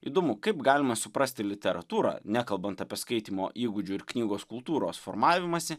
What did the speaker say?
įdomu kaip galima suprasti literatūrą nekalbant apie skaitymo įgūdžių ir knygos kultūros formavimąsi